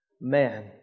man